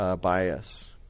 bias